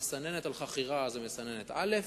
המסננת על חכירה זו מסננת א',